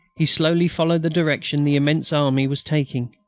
he slowly followed the direction the immense army was taking.